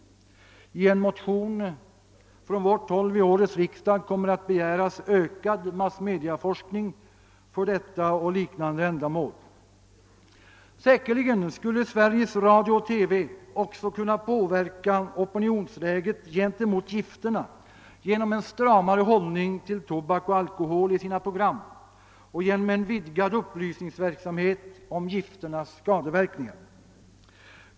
I en motion från vårt håll till årets riksdag kommer vi att begära ökad massmediaforskning för detta och liknande ändamål. Säkerligen skulle Sveriges Radio-TV också kunna påverka opinionsläget när det gäller gifterna genom en stramare hållning till tobak och alkohol i sina program och genom vidgad upplysningsverksamhet om gifternas skadeverkningar.